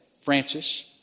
Francis